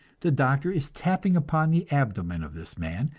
the doctor is tapping upon the abdomen of this man,